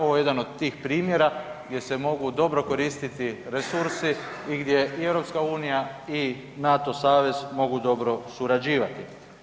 Ovo je jedan od tih primjera gdje se mogu dobro koristiti resursi i gdje i EU i NATO savez mogu dobro surađivati.